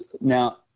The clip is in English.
Now